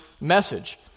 message